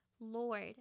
Lord